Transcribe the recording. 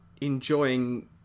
enjoying